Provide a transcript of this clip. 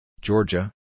Georgia